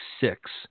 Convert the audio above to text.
six